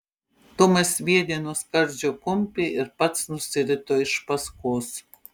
tomas sviedė nuo skardžio kumpį ir pats nusirito iš paskos